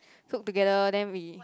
cook together then we